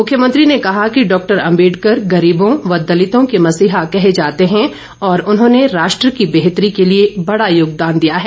मुख्यमंत्री ने कहा कि डॉक्टर अम्बेडकर गरीबों व दलितों के मसीहा कहें जाते है और उन्होंने राष्ट्र की बेहतरी के लिए बड़ा योगदान दिया है